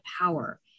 power